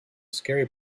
scary